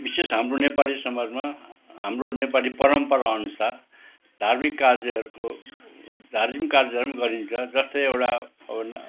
विशेष हाम्रो नेपाली समाजमा हाम्रो नेपाली परम्पराअनुसार धार्मिक कार्यहरूको धार्मिक कार्यहरू पनि गरिन्छ जस्तै एउटा अब